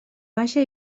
baixa